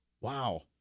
Wow